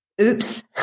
Oops